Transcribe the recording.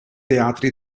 teatri